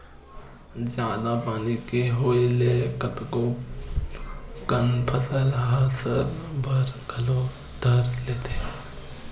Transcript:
जादा पानी के होय ले कतको कन फसल ह सरे बर घलो धर लेथे